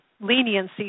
leniency